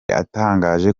atangaje